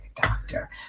doctor